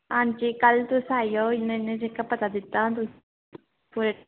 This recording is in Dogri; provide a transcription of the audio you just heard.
हां जी कल तुस आई आओ इ'यां इ'यां जेह्का पता दित्ता ना तुसें ओह्दे'र